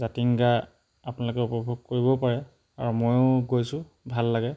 জাতিংগা আপোনালোকে উপভোগ কৰিবও পাৰে আৰু ময়ো গৈছোঁ ভাল লাগে